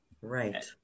Right